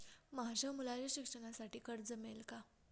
माझ्या मुलाच्या शिक्षणासाठी कर्ज मिळेल काय?